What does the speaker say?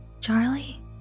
Charlie